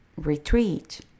retreat